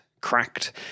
cracked